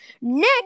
Next